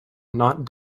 not